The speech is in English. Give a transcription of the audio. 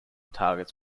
targets